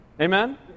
Amen